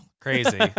crazy